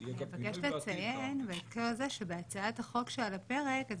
--- אני מבקשת לציין במקרה הזה שבהצעת החוק שעל הפרק אז